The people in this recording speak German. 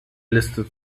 liste